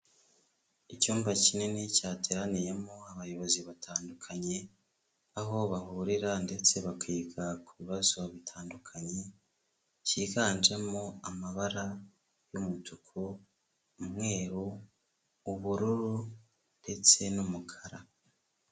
Icyumba kinini cyateraniyemo abayobozi batandukanye aho bahurira ndetse bakiga ku bibazo bitandukanye, cyiganjemo amabara y'umutuku, umweru, ubururu ndetse n'umukara.